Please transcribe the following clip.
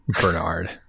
Bernard